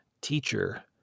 teacher